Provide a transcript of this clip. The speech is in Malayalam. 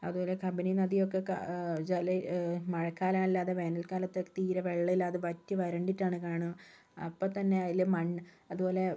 അതുപോലെ കബിനി നദിയൊക്കെ കാ ജല മഴക്കാലം അല്ലാതെ വേനൽ കാലത്ത് തീരേ വെള്ളം ഇല്ലാതെ വറ്റി വരണ്ടിട്ടാണ് കാണാ അപ്പോൾ തന്നെ അതിലെ മണ്ണ് അതുപോലെ